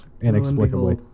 inexplicably